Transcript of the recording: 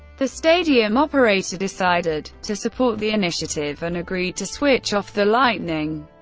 the stadium operator decided to support the initiative and agreed to switch off the lightning.